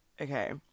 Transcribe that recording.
okay